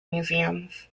museums